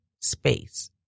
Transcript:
space